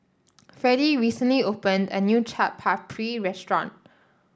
Fredie recently opened a new Chaat Papri restaurant